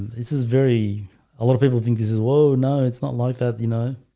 this is very a lot of people think this is low. no, it's not like that you know,